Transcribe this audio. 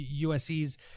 USC's